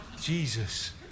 Jesus